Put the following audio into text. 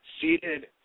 seated